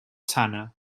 sana